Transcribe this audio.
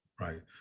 Right